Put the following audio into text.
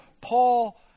Paul